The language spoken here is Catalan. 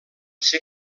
ser